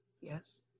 Yes